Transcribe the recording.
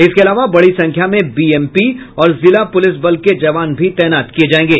इसके अलावा बड़ी संख्या में बीएमपी और जिला पुलिस बल के जवान भी तैनात किए जाएंगे